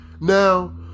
Now